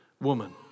woman